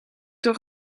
door